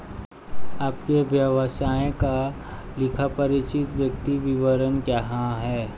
आपके व्यवसाय का लेखापरीक्षित वित्तीय विवरण कहाँ है?